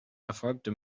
erfolgte